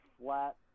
flat